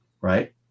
right